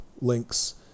links